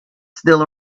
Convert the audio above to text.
still